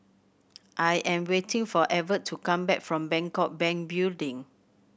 I am waiting for Evertt to come back from Bangkok Bank Building